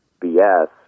BS